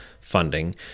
funding